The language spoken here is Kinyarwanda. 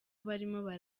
barimo